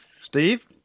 Steve